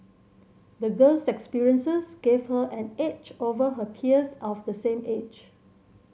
the girl's experiences gave her an edge over her peers of the same age